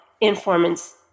informants